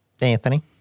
Anthony